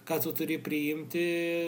ką tu turi priimti